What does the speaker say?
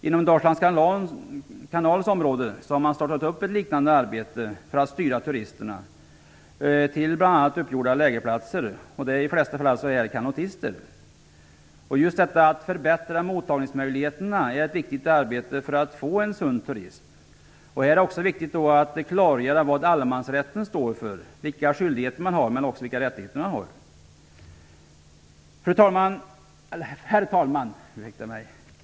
Inom Dalslands kanals område har man startat ett sådant arbete för att styra turisterna, som i de flesta fall är kanotister, till uppgjorda lägerplatser. Just att förbättra mottagningsmöjligheterna är viktigt för att få en sund turism. Här är det också viktigt att klargöra vad allemansrätten står för, vilka skyldigheter men också vilka rättigheter man har. Herr talman!